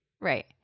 Right